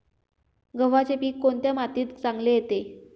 गव्हाचे पीक कोणत्या मातीत चांगले येते?